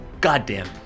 Goddamn